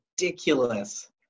ridiculous